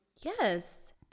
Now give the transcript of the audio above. Yes